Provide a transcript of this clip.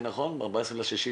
ב-14.6,